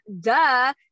duh